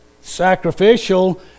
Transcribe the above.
sacrificial